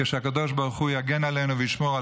כאשר הקדוש ברוך הוא יגן עלינו וישמור על